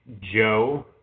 Joe